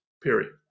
Period